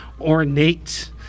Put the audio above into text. ornate